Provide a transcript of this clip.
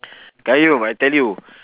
qayyum I tell you